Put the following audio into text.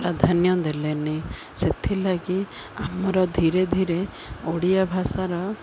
ପ୍ରାଧାନ୍ୟ ଦେଲେନି ସେଥିଲାଗି ଆମର ଧୀରେ ଧୀରେ ଓଡ଼ିଆ ଭାଷାର